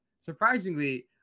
surprisingly